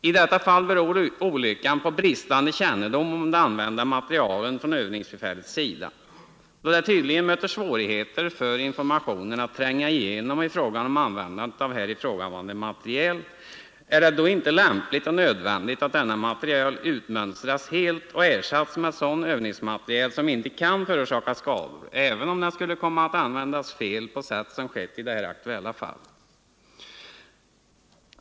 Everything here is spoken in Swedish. I detta fall beror olyckan på bristande kännedom om den använda materielen från övningsbefälets sida. Då det tydligen möter svårigheter för informationen att tränga igenom i fråga om användande av här ifrågavarande materiel, är det då inte lämpligt och nödvändigt att denna utmönstras helt och ersätts med sådan övningsmateriel som inte kan förorsaka skador, även om den skulle komma att användas på fel sätt, som i det nu aktuella fallet?